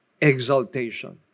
exaltation